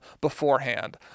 beforehand